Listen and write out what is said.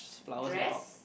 dress